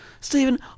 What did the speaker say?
Stephen